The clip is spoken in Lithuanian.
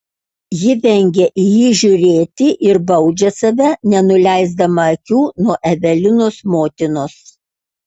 ji vengia į jį žiūrėti ir baudžia save nenuleisdama akių nuo evelinos motinos